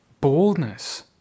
boldness